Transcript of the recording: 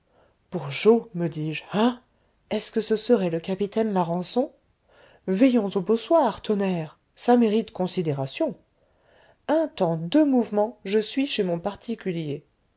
bourgeot me dis-je hein est-ce que ce serait le capitaine larençon veillons au bossoir tonnerre ça mérite considération un temps deux mouvements je suis chez mon particulier